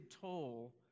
toll